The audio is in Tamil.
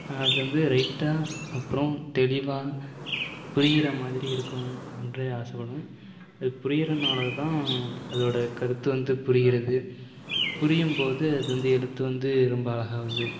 அது வந்து ரைட்டாக அப்றம் தெளிவாக புரிகிற மாதிரி இருக்கும் என்றே ஆசைப்படுவேன் புரியிறதுனால தான் அதோடய கருத்து வந்து புரிகிறது புரியும்போது இது வந்து எழுத்து வந்து ரொம்ப அழகாக வருது